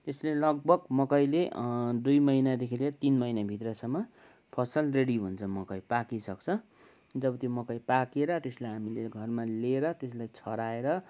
तेसले लगभग मकैले दुई महिनादेखि लिएर तिन महिनाभित्रसम्म फसल रेडी हुन्छ मकै पाकिसक्छ जब त्यो मकै पाकेर त्यसलाई हामीले घरमा लिएर त्यसलाई छोड्याएर